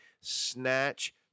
snatch